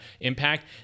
impact